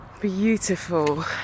beautiful